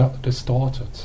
distorted